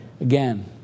again